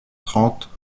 trente